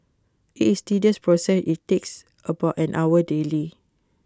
IT is tedious process IT takes about an hour daily